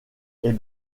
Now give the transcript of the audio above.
est